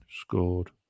scored